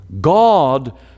God